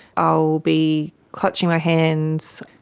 i'll be clutching my hands,